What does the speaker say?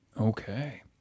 Okay